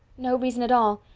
no reason at all.